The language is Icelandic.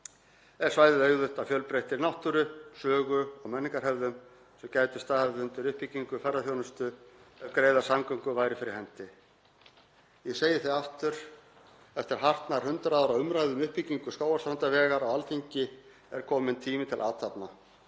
er svæðið auðugt af fjölbreyttri náttúru, sögu og menningarhefðum sem gætu staðið undir uppbyggingu ferðaþjónustu ef greiðar samgöngur væru fyrir hendi. Ég segi því aftur: Eftir hartnær 100 ára umræður um uppbyggingu Skógarstrandarvegar á Alþingi er kominn tími til athafna.